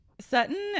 Sutton